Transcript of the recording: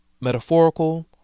metaphorical